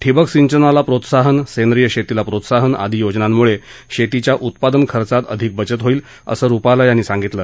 ठिबक सिंचनाला प्रोत्साहन सेंद्रीय शेतीला प्रोत्साहन आदी योजनांमुळे शेतीच्या उत्पादन खर्चात अधिक बचत होईल असं रुपाला यांनी सांगितलं